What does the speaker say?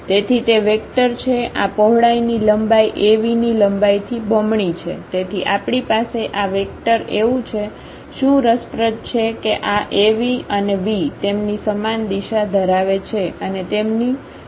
તેથી તે વેક્ટર છે આ પહોળાઈની લંબાઈ Av ની લંબાઈથી બમણી છે તેથી આપણી પાસે આ વેક્ટર એવી છે શું રસપ્રદ છે કે આ Av અને v તેમની સમાન દિશા ધરાવે છે અને તેમની પરિમાણો અલગ છે